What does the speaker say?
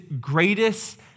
greatest